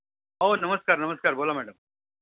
हो नमस्कार नमस्कार बोला मॅडम